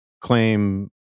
claim